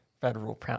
Federal